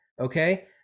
okay